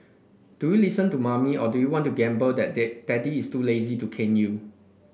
do you listen to mommy or do you want to gamble that dad daddy is too lazy to cane you